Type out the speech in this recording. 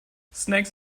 snakes